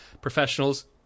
professionals